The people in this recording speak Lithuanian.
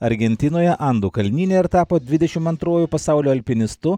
argentinoje andų kalnyne ir tapo dvidešimt antruoju pasaulio alpinistu